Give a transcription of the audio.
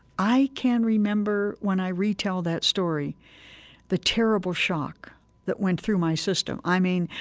i can remember when i retell that story the terrible shock that went through my system. i mean,